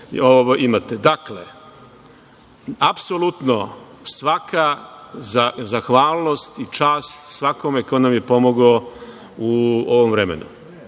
imate. Dakle, apsolutno svaka zahvalnost i čast svakome ko nam je pomogao u ovom vremenu.